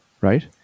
right